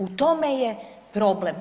U tome je problem.